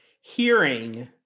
hearing